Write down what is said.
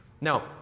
Now